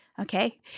okay